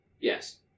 Yes